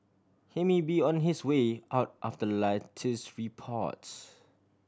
he may be on his way out after latest reports